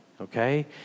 okay